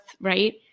right